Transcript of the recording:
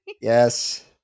Yes